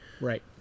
right